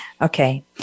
okay